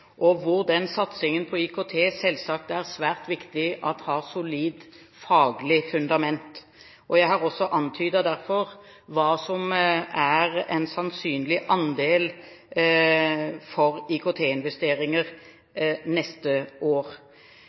og hvor det for satsingen på IKT selvsagt er svært viktig å ha solid faglig fundament. Jeg har derfor antydet hva som er en sannsynlig andel for IKT-investeringer neste år.